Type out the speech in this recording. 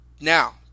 now